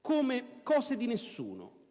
come cose di nessuno